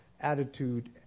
attitude